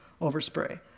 overspray